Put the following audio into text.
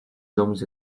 domuz